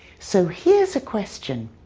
so here's a question.